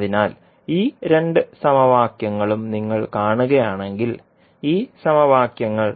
അതിനാൽ ഈ രണ്ട് സമവാക്യങ്ങളും നിങ്ങൾ കാണുകയാണെങ്കിൽ ഈ സമവാക്യങ്ങൾ